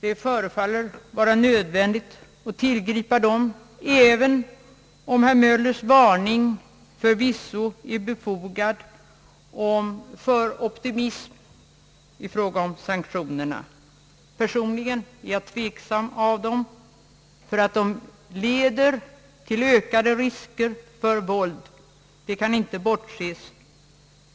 Det förefaller vara nödvändigt att tillgripa sådana, även om herr Möllers varning för optimism i fråga om sanktioner förvisso är befogad. Personligen är jag tveksam inför dem, de leder till ökade risker för våld — det kan man inte bortse ifrån.